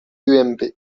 ump